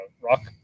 rock